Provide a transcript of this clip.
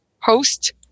Host